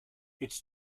its